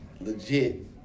legit